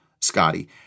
Scotty